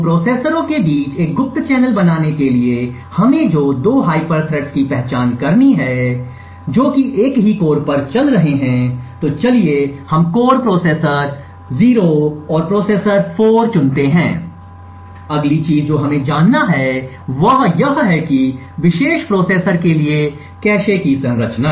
2 प्रोसेसरों के बीच एक गुप्त चैनल बनाने के लिए हमें जो 2 हाइपर थ्रेड्स की पहचान करनी है जो एक ही कोर पर चल रहे हैं तो चलिए हम कोर प्रोसेसर 0 और प्रोसेसर 4 चुनते हैं अगली चीज़ जो हमें जानना है वह है विशेष प्रोसेसर के लिए कैश की संरचना